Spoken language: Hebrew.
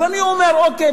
אז אני אומר: אוקיי,